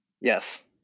Yes